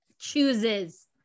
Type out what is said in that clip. Chooses